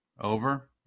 over